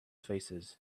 faces